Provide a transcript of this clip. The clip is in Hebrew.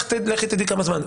לכי תדעי כמה זמן.